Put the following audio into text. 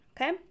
okay